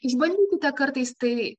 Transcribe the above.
išbandykite kartais tai